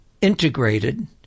integrated